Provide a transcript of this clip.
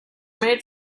made